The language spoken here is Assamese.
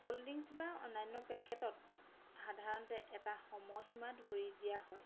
ক'ল্ড ড্ৰিংকছ্ বা অন্যান্য পেকেটত সাধাৰণতে এটা সময়সীমা ধৰি দিয়া হয়